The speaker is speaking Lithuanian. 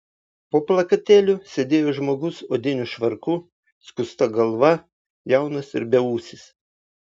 po plakatėliu sėdėjo žmogus odiniu švarku skusta galva jaunas ir beūsis